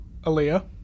Aaliyah